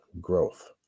growth